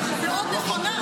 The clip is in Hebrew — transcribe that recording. היא מאוד נכונה,